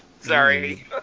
Sorry